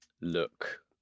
look